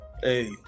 hey